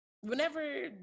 whenever